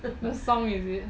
the song is it